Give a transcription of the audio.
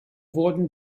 wurden